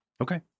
Okay